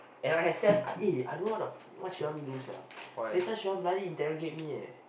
and I have sia eh I don't know what the what she want me do sia later she want bloody interrogate me leh